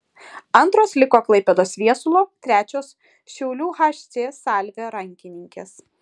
antros liko klaipėdos viesulo trečios šiaulių hc salvė rankininkės